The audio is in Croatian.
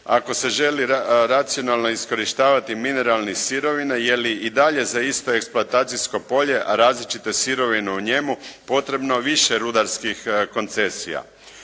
ako se želi racionalno iskorištava mineralne sirovine je li i dalje za isto eksploatacijsko polje a različite sirovine u njemu potrebno više rudarskih koncesija.